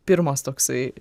pirmas toksai